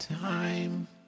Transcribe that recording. time